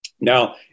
Now